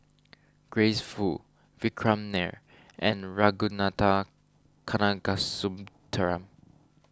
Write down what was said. Grace Fu Vikram Nair and Ragunathar Kanagasuntheram